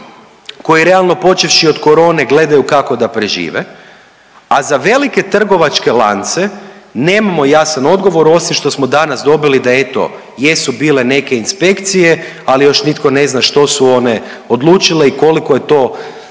koji realno počevši od korone gledaju kako da prežive, a za velike trgovačke lance nemamo jasan odgovor osim što smo danas dobili da eto jesu bile neke inspekcije, ali još nitko ne zna što su one odlučile i koliko je to